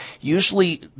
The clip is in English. usually